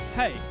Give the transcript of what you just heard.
Hey